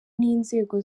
n’inzego